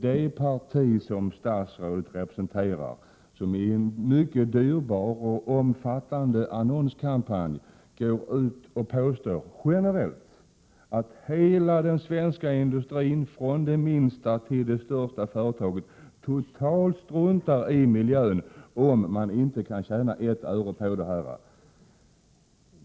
Det parti som statsrådet Dahl representerar har i en mycket dyrbar och omfattande annonskampanj gått ut och påstått, generellt, att de svenska industriföretagen, från det minsta till det största, totalt struntar i miljön om de inte kan tjäna ett öre på att skydda den.